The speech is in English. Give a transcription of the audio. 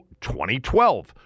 2012